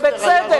ובצדק,